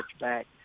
back